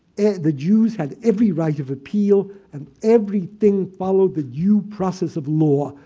the jews had every right of appeal and everything follows the due process of law.